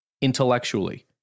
intellectually